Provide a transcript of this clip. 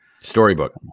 storybook